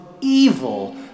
evil